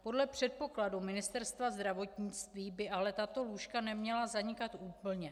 Podle předpokladu Ministerstva zdravotnictví by ale tato lůžka neměla zanikat úplně.